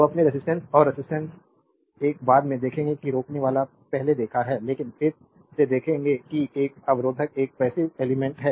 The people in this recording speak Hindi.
तो अपने रेजिस्टेंस को रेजिस्टेंस एक बाद में देखेंगे कि रोकनेवाला पहले देखा है लेकिन फिर से देखेंगे कि एक अवरोधक एक पैसिव एलिमेंट्स है